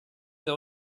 der